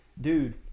Dude